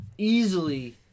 Easily